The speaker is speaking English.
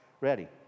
ready